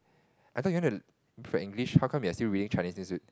I thought you want to improve your English how come you are still reading Chinese newspaper